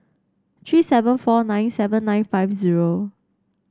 three seven four nine seven nine five zero